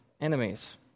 enemies